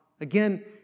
Again